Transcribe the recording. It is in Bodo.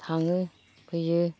थाङो फैयो